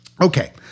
Okay